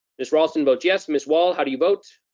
miss raulston votes yes miss wall, how do you vote?